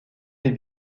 les